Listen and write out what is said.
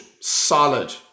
Solid